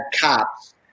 cops